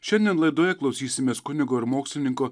šiandien laidoje klausysimės kunigo ir mokslininko